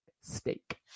steak